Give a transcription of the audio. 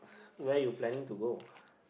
where you planning to go